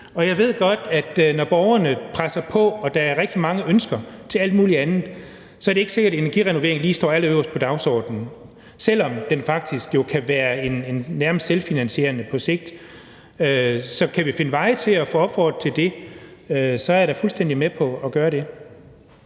og jeg ved godt, at når borgerne presser på, og der er rigtig mange ønsker til alt muligt andet, så er det ikke sikkert, at energirenovering står allerøverst på dagsordenen, selv om det jo faktisk kan være nærmest selvfinansierende på sigt. Så hvis vi kan finde veje til at opfordre til det, så er jeg da fuldstændig med på at gøre det.